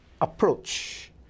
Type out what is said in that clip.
approach